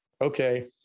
okay